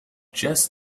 just